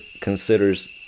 considers